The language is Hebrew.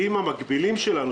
אם המקבילים שלנו,